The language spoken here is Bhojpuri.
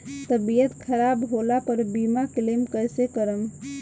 तबियत खराब होला पर बीमा क्लेम कैसे करम?